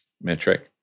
metric